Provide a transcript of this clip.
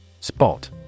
Spot